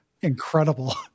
Incredible